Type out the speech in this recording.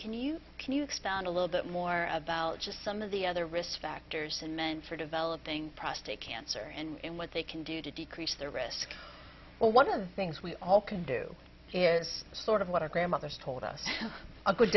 can you can you expand a little bit more about just some of the other risk factors and men for developing prostate cancer and what they can do to decrease their risk or one of the things we all can do is sort of what our grandmothers told us a good